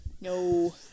No